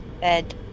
bed